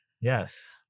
Yes